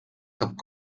cap